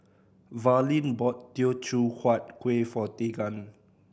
Verlene bought Teochew Huat Kuih for Teagan